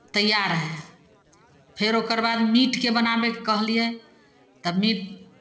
तैयार हइ फेर ओकर बाद मीटकेँ बनाबयके कहलियै तऽ मीट